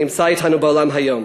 נמצא אתנו באולם היום.